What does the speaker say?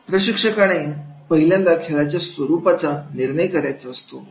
प्रशिक्षकाने पहिल्यांदा खेळाच्या स्वरूपाचा निर्णय करायचा असतो